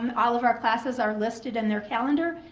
um all of our classes are listed in their calendar.